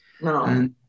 No